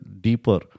deeper